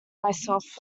myself